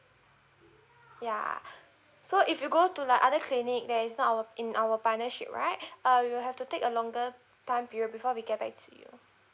ya so if you go to like other clinic there is not our in our partnership right uh you have to take a longer time period before we get back to you